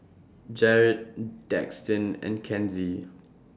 Jaret Daxton and Kenzie